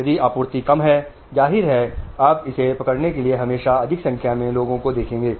यदि आपूर्ति कम है जाहिर है आप इसे पकड़ने के लिए हमेशा अधिक संख्या में लोगों को देखेंगे